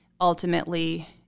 ultimately